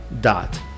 dot